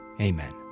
amen